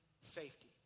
safety